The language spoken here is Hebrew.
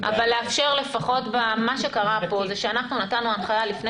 מה שקרה פה הוא שאנחנו נתנו הנחיה לפני